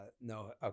No